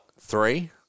three